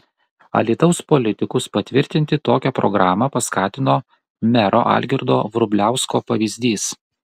alytaus politikus patvirtinti tokią programą paskatino mero algirdo vrubliausko pavyzdys